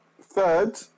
Third